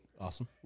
Awesome